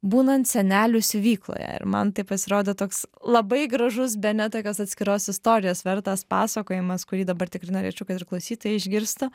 būnant senelių siuvykloje ir man tai pasirodė toks labai gražus bene tokios atskiros istorijos vertas pasakojimas kurį dabar tikrai norėčiau kad ir klausytojai išgirstų